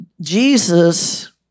Jesus